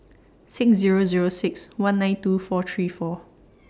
six Zero Zero six one nine two four three four